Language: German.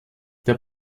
der